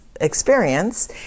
experience